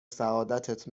سعادتت